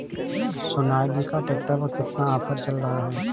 Sonalika tractor पर कितना offer चल रहा है?